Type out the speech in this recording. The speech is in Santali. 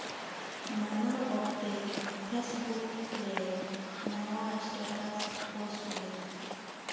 ᱢᱟᱱᱟᱣ ᱚᱠᱛᱮ ᱯᱷᱮᱥᱵᱩᱠ ᱨᱮ ᱱᱟᱣᱟ ᱥᱴᱮᱴᱟᱥ ᱯᱳᱥᱴ ᱢᱮ